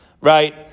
Right